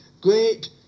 great